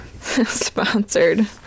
sponsored